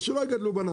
"שלא יגדלו בננות",